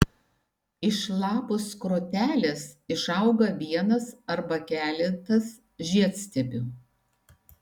iš lapų skrotelės išauga vienas arba keletas žiedstiebių